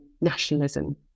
nationalism